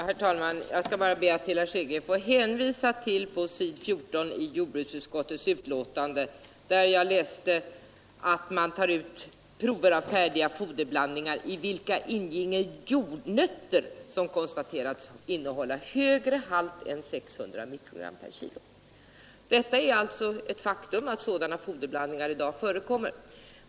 Herr talman! Jag skall bara be att få hänvisa herr Hansson i Skegrie till s. 14 i jordbruksutskottets betänkande där det står att man tagit ut prover av färdiga blandningar i vilka inginge jordnötter som konstaterats innehålla högre halt än 600 mikrogram per kg. Det är alltså ett faktum att sådana foderblandningar i dag förekommer.